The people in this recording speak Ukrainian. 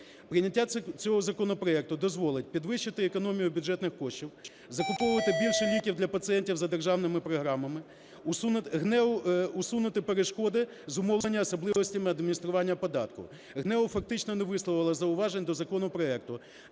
Прийняття цього законопроекту дозволить підвищити економію бюджетних коштів, закуповувати більше ліків для пацієнтів за державними програмами, усунути перешкоди, зумовлені особливостями адміністрування податку. ГНЕУ фактично не висловило зауважень до законопроекту.